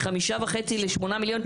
מחמישה וחצי לשמונה מיליון,